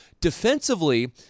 Defensively